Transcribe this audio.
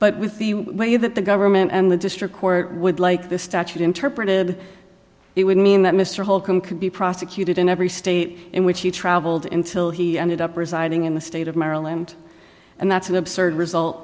but with the way that the government and the district court would like this statute interpreted it would mean that mr holcombe can be prosecuted in every state in which he traveled in till he ended up residing in the state of maryland and that's an absurd result